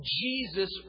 Jesus